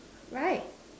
right